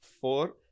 four